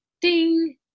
ding